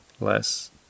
less